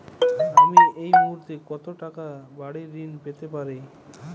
আমি এই মুহূর্তে কত টাকা বাড়ীর ঋণ পেতে পারি?